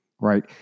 Right